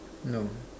no